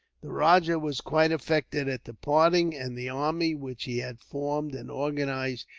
the rajah was quite affected at the parting and the army, which he had formed and organized,